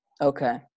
Okay